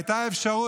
הייתה אפשרות,